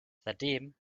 seitdem